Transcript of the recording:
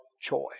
choice